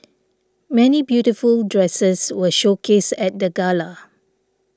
many beautiful dresses were showcased at the gala